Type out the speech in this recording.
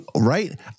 right